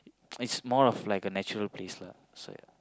it's more of like a natural place lah so ya